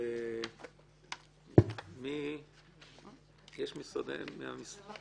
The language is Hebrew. מי מהמשרדים?